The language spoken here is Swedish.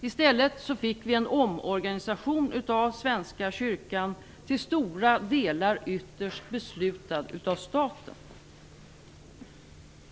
I stället fick vi en omorganisation av Svenska kyrkan, som till stora delar ytterst var beslutad av staten.